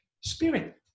spirit